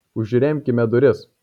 užremkime duris